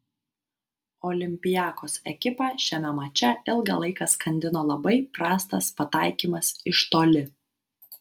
olympiakos ekipą šiame mače ilgą laiką skandino labai prastas pataikymas iš toli